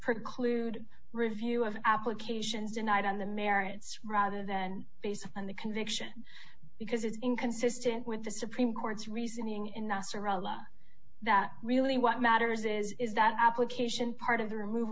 preclude review of applications a night on the merits rather than based on the conviction because it's inconsistent with the supreme court's reasoning in serota that really what matters is that application part of the remov